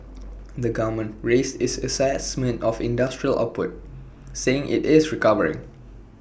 the government raised its Assessment of industrial output saying IT is recovering